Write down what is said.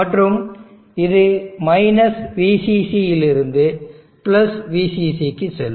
மற்றும் இது VCC இலிருந்து VCC க்கு செல்லும்